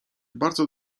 bardzo